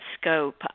scope